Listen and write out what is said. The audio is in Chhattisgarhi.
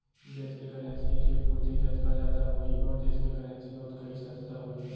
देस के करेंसी के पूरति जतका जादा होही ओ देस के करेंसी ओतका ही सस्ता होही